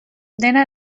dena